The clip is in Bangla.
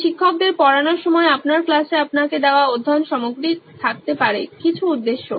তাই শিক্ষকদের পড়ানোর সময় আপনার ক্লাসে আপনাকে দেওয়া অধ্যয়ন সামগ্রী থাকতে পারে কিছু উদ্দেশ্য